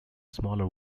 smaller